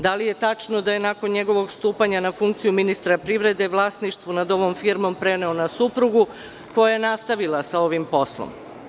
Da li je tačno da je, nakon njegovog stupanja na funkciju ministra privrede, vlasništvo nad ovom firmom preneo na suprugu, koja je nastavila sa ovim poslom?